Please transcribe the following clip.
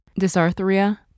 dysarthria